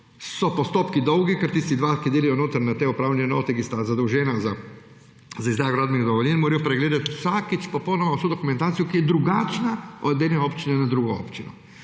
so postopki dolgi, ker tista dva, ki delata notri na tej upravni enoti, ki sta zadolžena za izdajo gradbenih dovoljenj, morata pregledati vsakič popolnoma vso dokumentacijo, ki je drugačna od ene do druge občine.